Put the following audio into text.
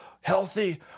healthy